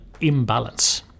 imbalance